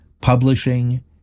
publishing